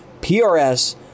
PRS